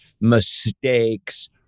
mistakes